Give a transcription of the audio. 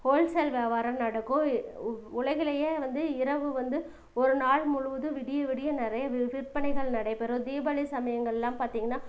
whole sale வியாபாரம் நடக்கும் உ உலகிலேயே வந்து இரவு வந்து ஒரு நாள் முழுவதும் விடிய விடிய நிறைய வி விற்பனைகள் நடைபெறும் தீபாவளி சமயங்கள் எல்லாம் பார்த்திங்கனா